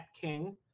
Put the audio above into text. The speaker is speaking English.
King